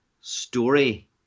story